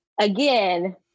again